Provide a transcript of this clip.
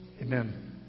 Amen